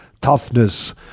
Toughness